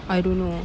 I don't know